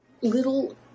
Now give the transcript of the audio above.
little